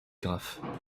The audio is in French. graphe